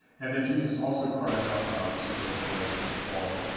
and then jesus also cries out loud, just as odinn does when he falls.